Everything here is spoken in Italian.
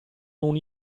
non